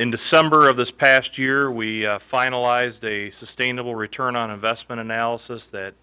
in december of this past year we finalized a sustainable return on investment analysis that